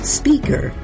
speaker